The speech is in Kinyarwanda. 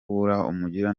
umugira